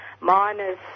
miners